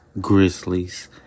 Grizzlies